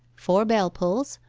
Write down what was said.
four bell pulls,